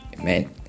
Amen